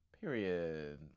Period